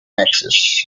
axis